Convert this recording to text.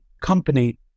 company